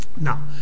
now